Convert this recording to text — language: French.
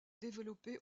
développer